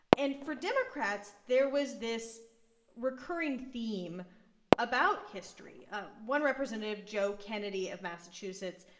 and for democrats, there was this recurring theme about history. ah one representative, joe kennedy of massachusetts,